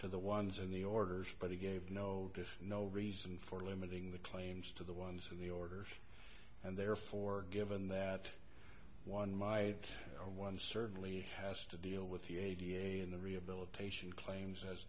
to the ones in the orders but he gave no no reason for limiting the claims to the ones in the order and therefore given that one my one certainly has to deal with the a da in the rehabilitation claims as